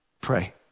Pray